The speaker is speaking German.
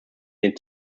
den